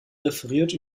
referiert